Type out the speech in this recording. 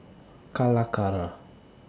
Calacara